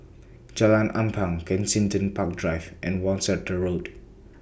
Jalan Ampang Kensington Park Drive and Worcester Road